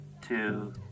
two